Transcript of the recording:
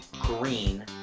green